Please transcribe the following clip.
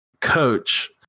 coach